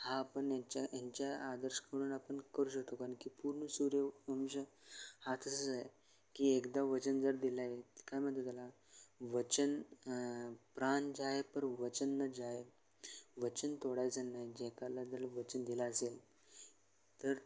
हा आपण यांच्या ह्यांच्या आदर्शकडून आपण करू शकतो कारण की पूर्ण सूर्यवंश हा तसंच आहे की एकदा वचन जर दिलं आहे तर काय म्हणतात त्याला वचन प्राण जाय पर वचन न जाय वचन तोडायचं नाही जे काला जर वचन दिलं असेल तर